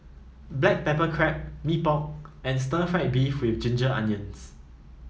Black Pepper Crab Mee Pok and Stir Fried Beef with Ginger Onions